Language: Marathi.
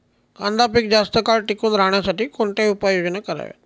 कांदा पीक जास्त काळ टिकून राहण्यासाठी कोणत्या उपाययोजना कराव्यात?